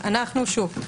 שוב,